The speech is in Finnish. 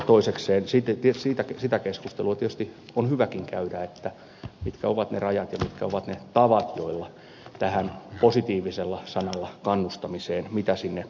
toisekseen sitä keskustelua on tietysti hyväkin käydä mitkä ovat ne rajat ja ne tavat jotka tähän positiivinen sanalla kannustamiseen sisällytetään